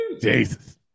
Jesus